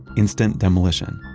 instant demolition.